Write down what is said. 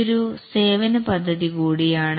ഇതൊരു സേവന പദ്ധതി കൂടിയാണ്